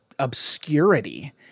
Obscurity